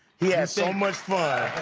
he had so much fun.